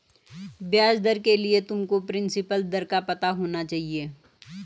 ब्याज दर के लिए तुमको प्रिंसिपल दर का पता होना चाहिए